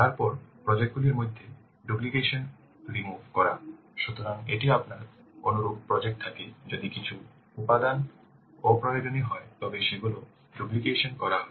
তারপর প্রজেক্ট গুলির মধ্যে ডুপ্লিকেশন অপসারণ করা সুতরাং যদি আপনার অনুরূপ প্রজেক্ট থাকে যদি কিছু উপাদান অপ্রয়োজনীয় হয় তবে সেগুলি ডুপ্লিকেশন করা হয়